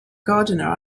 gardener